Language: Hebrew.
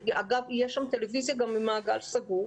אגב, תהיה גם טלוויזיה במעגל סגור.